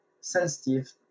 sensitive